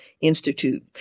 Institute